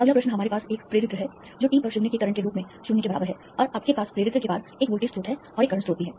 अगला प्रश्न हमारे पास एक प्रेरित्र है जो t पर 0 के करंट के रूप में 0 के बराबर है और आपके पास प्रेरित्र के पार एक वोल्टेज स्रोत है और एक करंट स्रोत भी है